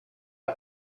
are